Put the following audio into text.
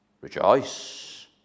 rejoice